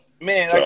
Man